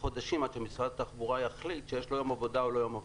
חודשים עד שמשרד התחבורה יחליט שיש לו יום עבודה או לא יום עבודה.